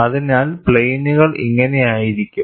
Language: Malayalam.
അതിനാൽ പ്ലെയിനുകൾ ഇങ്ങനെയായിരിക്കും